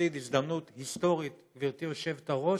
נפסיד הזדמנות היסטורית, גברתי היושבת-ראש,